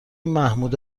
محمود